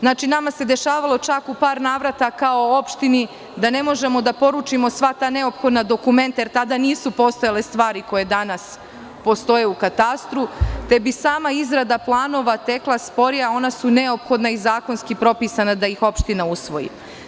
Znači, nama se dešavalo čak u par navrata, kao opštini, da ne možemo da poručimo sva ta neophodna dokumenta, jer tada nisu postojale stvari koje danas postoje u katastru, te bi sama izrada planova tekla sporije, a ona su neophodna i zakonski propisani da ih opština usvoji.